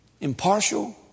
Impartial